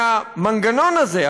המנגנון הזה,